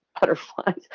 Butterflies